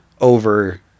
over